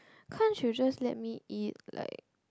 can't you just let me eat like